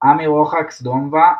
עמי רוחקס דומבה,